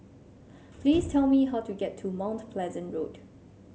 please tell me how to get to Mount Pleasant Road